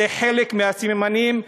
זה חלק מהסממנים.